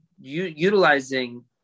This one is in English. utilizing